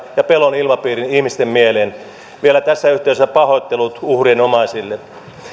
ja pelon ilmapiirin ihmisten mieliin vielä tässä yhteydessä pahoittelut uhrien omaisille